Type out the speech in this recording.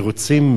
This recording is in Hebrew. ורוצים,